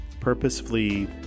purposefully